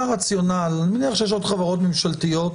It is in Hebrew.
אני מניח שיש עוד חברות ממשלתיות,